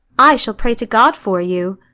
i shall pray to god for you.